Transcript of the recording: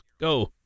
Go